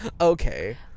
Okay